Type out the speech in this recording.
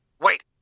Wait